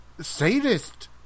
sadist